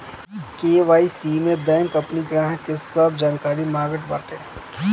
KYC में bank अपनी ग्राहक के सब जानकारी मांगत बाटे